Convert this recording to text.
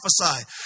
prophesy